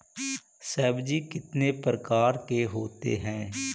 सब्जी कितने प्रकार के होते है?